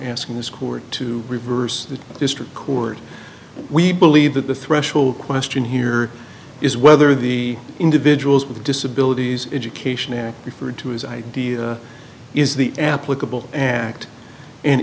asking this court to reverse the district court we believe that the threshold question here is whether the individuals with disabilities education act referred to his idea is the applicable an act and